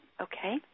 Okay